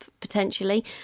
potentially